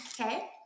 Okay